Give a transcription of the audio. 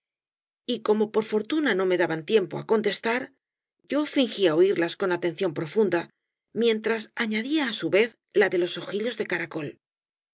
y como por fortuna no me daban tiempo á contestar yo fingía oirías con atención profunda mientras añadía á su vez la de los ojillos de caracol